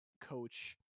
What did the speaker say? coach –